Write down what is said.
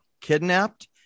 kidnapped